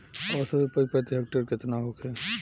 औसत उपज प्रति हेक्टेयर केतना होखे?